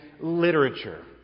literature